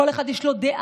לכל אחד יש דעה,